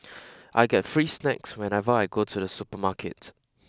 I get free snacks whenever I go to the supermarket